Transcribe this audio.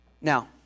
Now